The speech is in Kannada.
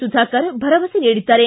ಸುಧಾಕರ್ ಭರವಸೆ ನೀಡಿದ್ದಾರೆ